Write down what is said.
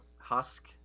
husk